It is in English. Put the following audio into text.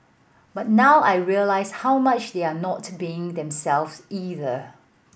but now I realise how much they're not being themselves either